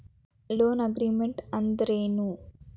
Loan agreement ಅಂದ್ರೇನು?